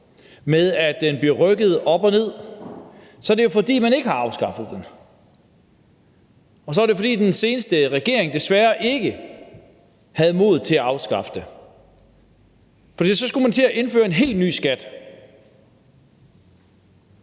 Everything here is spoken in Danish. med, at den bliver rykket op og ned, er det jo, fordi man ikke har afskaffet den, og så er det, fordi den seneste regering desværre ikke havde modet til at afskaffe den, for så skulle man til at indføre en helt ny skat.